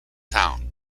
town